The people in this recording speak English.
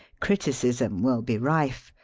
criticism will be rife,